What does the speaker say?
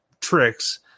tricks